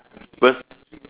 first